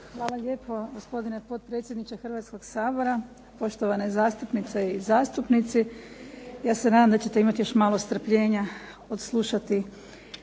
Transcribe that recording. Hvala lijepo. Gospodine potpredsjedniče Hrvatskog sabora, poštovane zastupnice i zastupnici. Ja se nadam da ćete imati još malo strpljenja odslušati